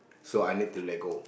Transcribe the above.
so I need to let go